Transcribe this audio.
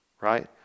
right